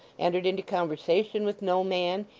entered into conversation with no man,